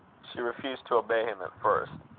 she refused to obey him at first.